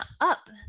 up